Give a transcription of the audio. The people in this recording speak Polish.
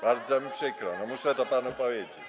Bardzo mi przykro, muszę to panu powiedzieć.